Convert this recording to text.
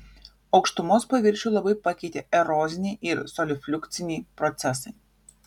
aukštumos paviršių labai pakeitė eroziniai ir solifliukciniai procesai